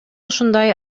ушундай